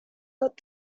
got